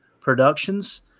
Productions